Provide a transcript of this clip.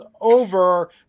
over